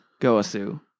Goasu